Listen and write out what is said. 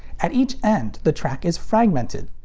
at each end, the track is fragmented.